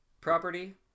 property